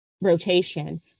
rotation